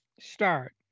start